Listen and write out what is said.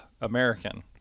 american